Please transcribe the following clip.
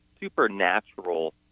supernatural